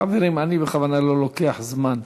חברים, אני בכוונה לא לוקח זמן,